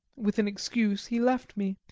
with an excuse, he left me,